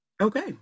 Okay